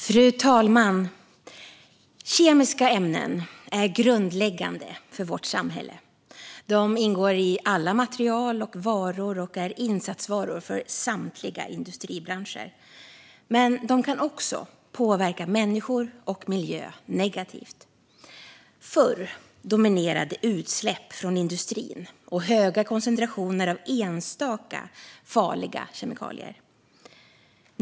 Fru talman! Kemiska ämnen är grundläggande för vårt samhälle. De ingår i alla material och varor och är insatsvaror för samtliga industribranscher. Men de kan också påverka människor och miljö negativt. Förr dominerade utsläpp från industrin och höga koncentrationer av enstaka farliga kemikalier.